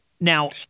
Now